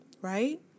right